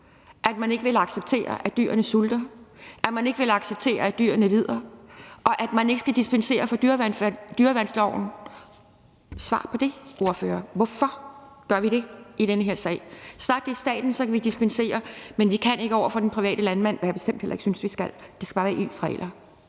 at man ikke vil acceptere, at dyrene sulter, at man ikke vil acceptere, at dyrene lider, og at der ikke skal dispenseres fra dyrevelfærdsloven. Svar på det, ordfører: Hvorfor gør vi det i den her sag? Så snart det er staten, kan vi dispensere, men vi kan det ikke over for den private landmand, hvad jeg bestemt heller ikke synes vi skal. Der skal bare være ens regler.